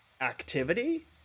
activity